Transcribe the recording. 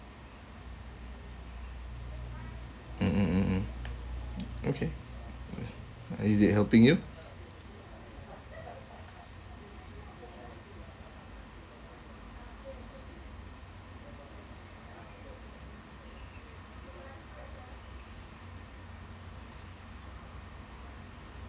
mm mm mm mm okay is it helping you